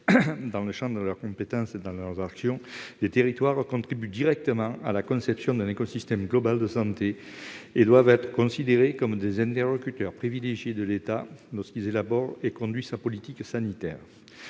dans leurs champs de compétences et dans leurs actions, les territoires contribuent directement à la conception d'un écosystème global de santé. Ils doivent donc être considérés comme des interlocuteurs privilégiés de l'État, lorsque celui-ci élabore et conduit sa politique sanitaire.